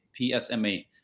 PSMA